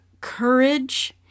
courage